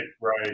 Right